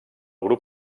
grup